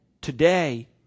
today